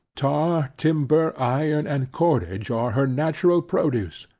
tar, timber, iron, and cordage are her natural produce.